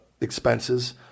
expenses